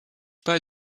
pas